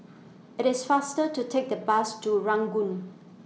IT IS faster to Take The Bus to Ranggung